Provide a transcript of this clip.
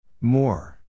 More